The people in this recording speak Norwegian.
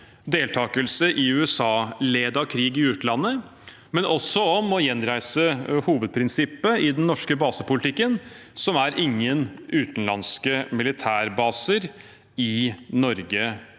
deltakelse i USA-ledet krig i utlandet – men også om å gjenreise hovedprinsippet i den norske basepolitikken: ingen utenlandske militærbaser i Norge